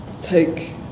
take